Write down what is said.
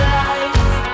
life